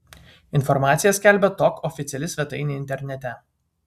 informaciją skelbia tok oficiali svetainė internete